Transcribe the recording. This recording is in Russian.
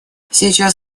сейчас